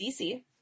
DC